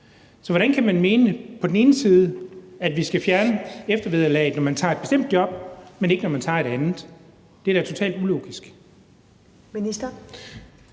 Så hvordan kan man mene, at vi skal fjerne eftervederlaget, når man tager et bestemt job, men ikke når man tager et andet? Det er da totalt ulogisk.